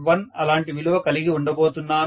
1 అలాంటి విలువ కలిగి ఉండబోతున్నాను